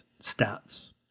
stats